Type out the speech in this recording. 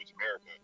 America